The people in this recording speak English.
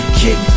kick